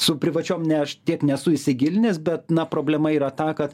su privačiom ne aš tiek nesu įsigilinęs bet na problema yra ta kad